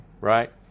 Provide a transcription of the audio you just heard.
right